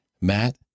Matt